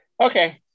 Okay